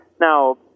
Now